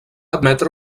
admetre